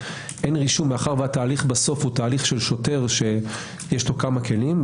מאחר שהתהליך בסוף הוא של שוטר שיש לו כמה כלים,